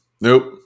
Nope